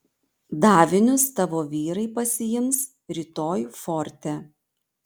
davinius tavo vyrai pasiims rytoj forte